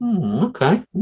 okay